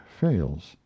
fails